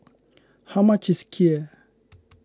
how much is Kheer